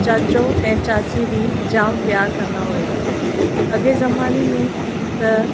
चाचो ऐं चाची बि जाम प्यारु कंदा हुआ अॻे ज़माने में त